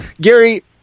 Gary